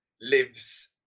lives